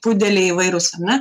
pudeliai įvairūs ar ne